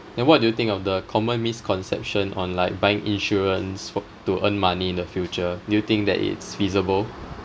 then what do you think of the common misconception on like buying insurance fo~ to earn money in the future do you think that it's feasible